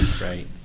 Right